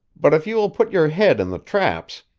but if you will put your head in the traps,